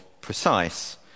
precise